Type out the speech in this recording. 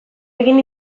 egin